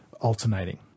alternating